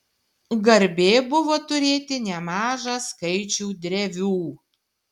garbė buvo turėti nemažą skaičių drevių